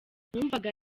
numvaga